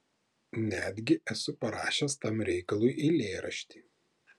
netgi esu parašęs tam reikalui eilėraštį